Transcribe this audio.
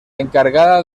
encargada